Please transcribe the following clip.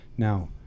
Now